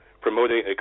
promoting